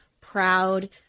proud